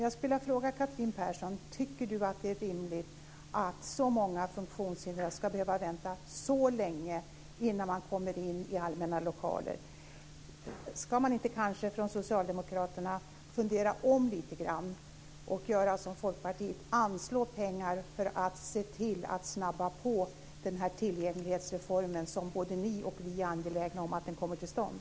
Jag skulle vilja fråga Catherine Persson om hon tycker att det är rimligt att så många funktionshindrade ska behöva vänta så länge innan de kommer in i allmänna lokaler. Ska inte Socialdemokraterna fundera om lite grann och göra som Folkpartiet, nämligen anslå pengar för att snabba upp den här tillgänglighetsreformen, som både ni och vi är angelägna om ska komma till stånd?